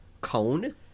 cone